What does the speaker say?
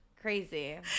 Crazy